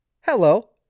Hello